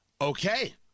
Okay